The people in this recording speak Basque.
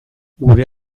gure